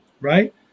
right